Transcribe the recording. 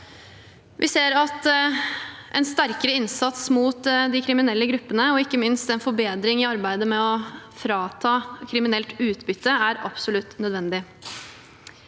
Vi ser at en sterkere innsats mot de kriminelle gruppene, og ikke minst en forbedring i arbeidet med å frata dem kriminelt utbytte, er absolutt nødvendig.